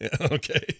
okay